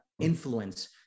influence